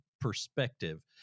perspective